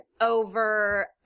over